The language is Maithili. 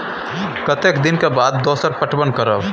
कतेक दिन के बाद दोसर पटवन करब?